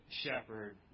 shepherd